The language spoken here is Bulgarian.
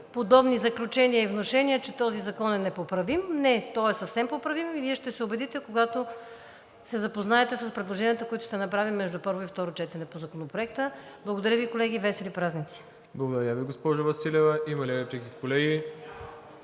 подобни заключения и внушения, че този закон е непоправим, не, той е съвсем поправим и Вие ще се убедите, когато се запознаете с предложенията, които ще направим между първо и второ четене по Законопроекта. Благодаря Ви, колеги, весели празници! ПРЕДСЕДАТЕЛ МИРОСЛАВ ИВАНОВ: Благодаря